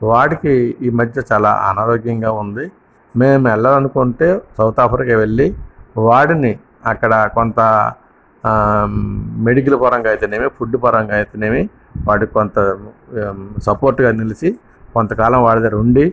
వాడికి ఈమధ్య చాలా ఆనారోగ్యంగా ఉంది మేము వెళ్ళాలనుకుంటే సౌత్ ఆఫ్రికాకి వెళ్ళి వాడిని అక్కడ కొంత మెడికల్ పరంగా అయితేనేమి ఫుడ్ పరంగా అయితేనేమి మేము వాడికి కొంత సపోర్ట్ అందించి కొంతకాలం వాడి దగ్గర ఉండి